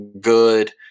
good